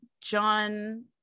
john